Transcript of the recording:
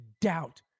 doubt